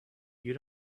you